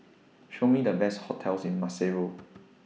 Show Me The Best hotels in Maseru